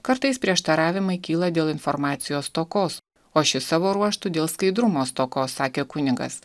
kartais prieštaravimai kyla dėl informacijos stokos o ši savo ruožtu dėl skaidrumo stokos sakė kunigas